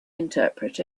interpret